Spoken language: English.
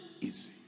easy